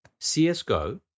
CSGO